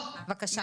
בבקשה.